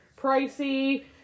pricey